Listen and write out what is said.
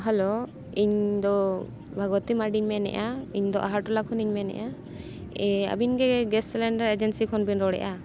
hello ᱤᱧ ᱫᱚ ᱵᱷᱟᱜᱚᱛᱤ ᱢᱟᱨᱰᱤᱧ ᱢᱮᱱᱮᱫᱼᱟ ᱤᱧ ᱫᱚ ᱟᱦᱚᱴᱚᱞᱟ ᱠᱷᱚᱱᱤᱧ ᱢᱮᱱᱮᱜᱼᱟ ᱟᱵᱤᱱ ᱜᱮᱥ ᱥᱤᱞᱤᱱᱰᱟᱨ ᱮᱡᱮᱱᱥᱤ ᱠᱷᱚᱱ ᱵᱤᱱ ᱨᱚᱲᱮᱫᱼᱟ